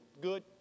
good